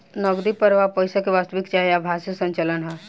नगदी प्रवाह पईसा के वास्तविक चाहे आभासी संचलन ह